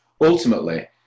ultimately